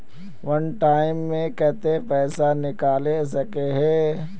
वन time मैं केते पैसा निकले सके है?